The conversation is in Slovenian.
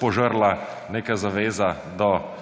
požrla neka zaveza do